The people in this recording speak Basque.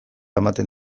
ematen